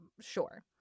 sure